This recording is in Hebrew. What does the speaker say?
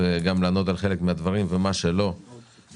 יש הצעת חוק שלי שמדברת על לחזק את מעמדם של נהגי האוטובוסים.